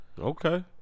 Okay